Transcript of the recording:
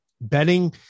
betting